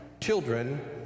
children